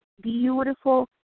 beautiful